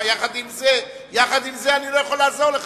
אבל יחד עם זה אני לא יכול לעזור לך,